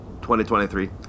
2023